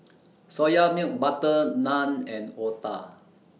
Soya Milk Butter Naan and Otah